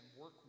work